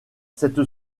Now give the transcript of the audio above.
cette